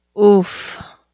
Oof